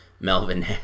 Melvin